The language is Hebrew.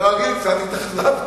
כרגיל קצת התאכזבתם.